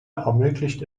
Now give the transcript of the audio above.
ermöglicht